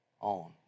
on